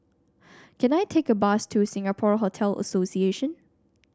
can I take a bus to Singapore Hotel Association